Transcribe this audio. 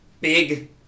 big